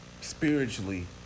spiritually